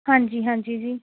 ਹਾਂਜੀ ਹਾਂਜੀ ਜੀ